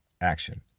action